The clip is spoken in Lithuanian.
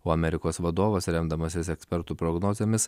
o amerikos vadovas remdamasis ekspertų prognozėmis